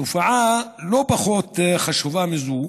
דבר לא פחות חשוב מזה הוא